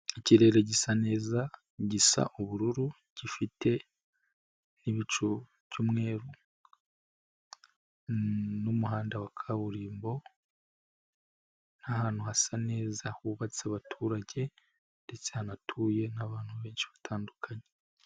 Ikirere gisa neza, gisa ubururu, gifite n'ibi by'umweru, n'umuhanda wa kaburimbo, ni ahantu hasa neza hubatse abaturage, ndetse hanatuye n'abantu benshi batandukanye.